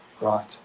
Right